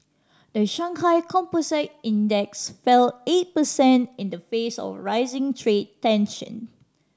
the Shanghai Composite Index fell eight percent in the face of rising trade tension